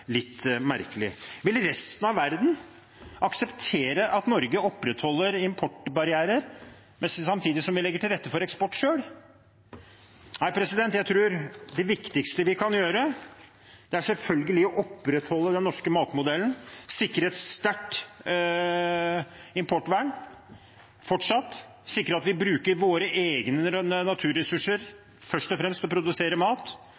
merkelig. Ville resten av verden akseptere at Norge opprettholder importbarrierer samtidig som vi legger til rette for eksport selv? Jeg tror det viktigste vi kan gjøre, selvfølgelig er å opprettholde den norske matmodellen: sikre et fortsatt sterkt importvern, sikre at vi bruker våre egne naturressurser først og fremst til å produsere mat,